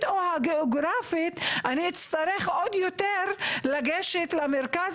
או הגיאוגרפית אני אצטרך עוד יותר לגשת למרכז